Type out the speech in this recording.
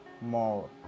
more